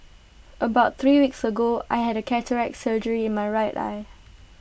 about three weeks ago I had A cataract surgery in my right eye